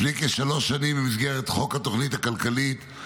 לפני כשלוש שנים, במסגרת חוק התוכנית הכלכלית,